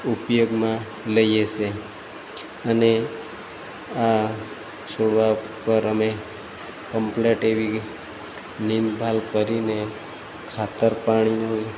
ઉપયોગમાં લઈએ છે અને આ છોડવા ઉપર અમે કંપલેટ એવી દેખભાળ કરીને ખાતર પાણીનું